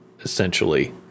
essentially